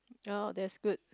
oh that's good